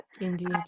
indeed